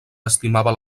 estimava